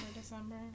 December